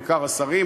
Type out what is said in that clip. בעיקר השרים,